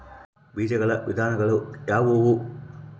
ಬೇಜಗಳ ವಿಧಗಳು ಯಾವುವು?